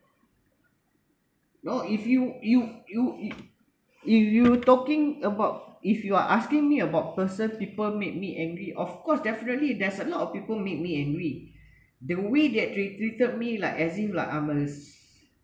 no if you you you i~ if you talking about if you are asking me about person people made me angry of course definitely there's a lot of people make me angry the way that they treated me like as if like I'm a s~